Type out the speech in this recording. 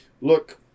look